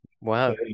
wow